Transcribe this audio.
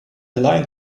line